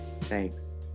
Thanks